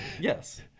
Yes